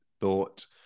thought